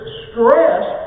stress